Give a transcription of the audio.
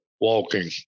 walking